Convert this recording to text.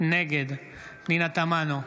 נגד פנינה תמנו,